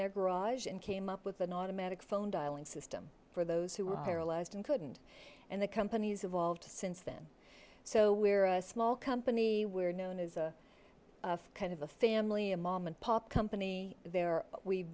their garage and came up with an automatic phone dialing system for those who were paralyzed and couldn't and the companies evolved since then so we're a small company we're known as a kind of a family a mom and pop company there we've